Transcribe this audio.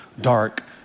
dark